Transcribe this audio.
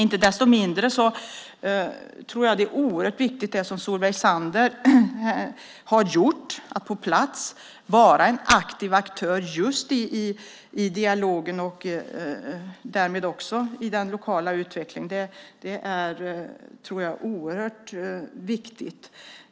Inte desto mindre tror jag att det är oerhört viktigt att som Solveig Zander vara på plats och vara aktiv i dialogen och därmed i den lokala utvecklingen. Det är oerhört viktigt.